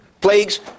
plagues